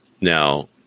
now